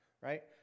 right